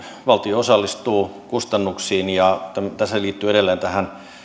valtio osallistuu kustannuksiin ja se liittyy edelleen tähän